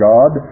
God